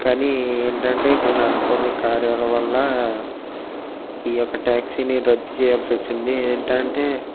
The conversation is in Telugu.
కానీ ఏంటంటే కొన్ని అనుకోని కార్యాల వల్ల ఈ యొక్క ట్యాక్సీని రద్దు చేయాల్సి వచ్చింది ఏంటంటే